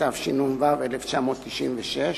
התשנ"ו 1996,